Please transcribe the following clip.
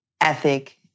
ethic